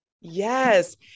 Yes